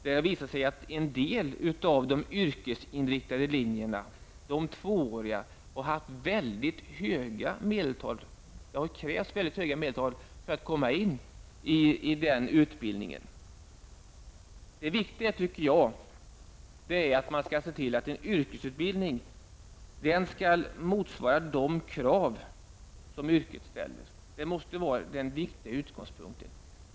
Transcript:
Det visade sig att det krävdes väldigt höga medeltal för att komma in på en del av de yrkesinriktade linjerna. Det viktiga, tycker jag, är att se till att yrkesutbildningen motsvarar de krav som yrket ställer. Det måste vara den riktiga utgångspunkten.